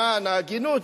למען ההגינות,